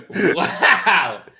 Wow